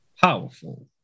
powerful